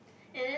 and then